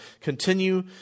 continue